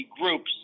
groups